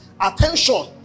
Attention